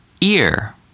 ear